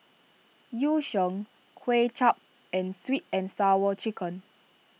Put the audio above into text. Yu Sheng Kuay Chap and Sweet and Sour Chicken